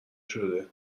شده